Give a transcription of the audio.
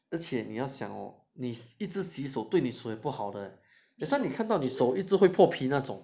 而且你要想哦你一直洗手对你手也不好的啊 that's why 看到你手一直会拖皮那种